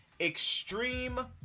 extreme